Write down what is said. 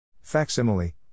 Facsimile